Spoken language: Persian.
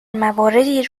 مواردی